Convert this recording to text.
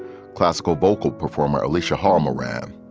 classical vocal performer alicia hall moran.